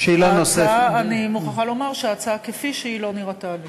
אני מוכרחה לומר שההצעה כפי שהיא לא נראתה לי.